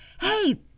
hey